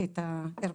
את הערכות.